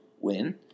win